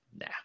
nah